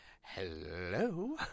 Hello